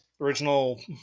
original